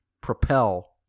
propel